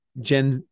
gen